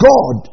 God